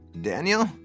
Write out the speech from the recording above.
Daniel